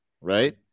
right